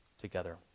together